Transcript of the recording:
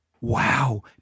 wow